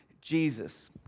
Jesus